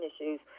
issues